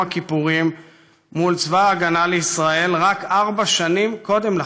הכיפורים מול צבא ההגנה לישראל רק ארבע שנים קודם לכן.